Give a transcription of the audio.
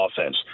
offense